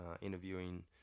interviewing